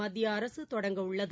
மத்திய அரசு தொடங்கவுள்ளது